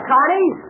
Connie